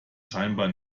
scheinbar